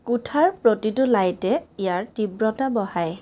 কোঠাৰ প্ৰতিটো লাইটে ইয়াৰ তীব্ৰতা বঢ়ায়